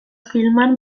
filman